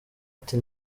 ati